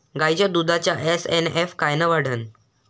गायीच्या दुधाचा एस.एन.एफ कायनं वाढन?